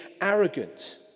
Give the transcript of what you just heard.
arrogant